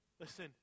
Listen